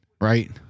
right